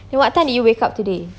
eh what time did you wake up today